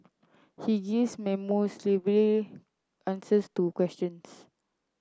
he gives monosyllabic answers to questions